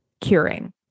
curing